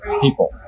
people